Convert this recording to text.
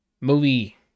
Movie